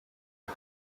him